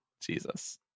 Jesus